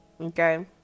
Okay